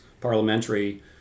parliamentary